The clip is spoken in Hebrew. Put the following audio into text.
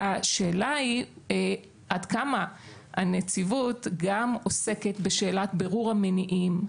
השאלה היא עד כמה הנציבות גם עוסקת בשאלת בירור המניעים,